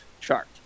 chart